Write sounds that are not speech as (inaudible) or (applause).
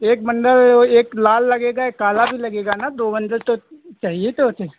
एक बन्डल वो एक लाल लगेगा एक काला भी लगेगा ना दो बन्डल तो चहिए तो (unintelligible)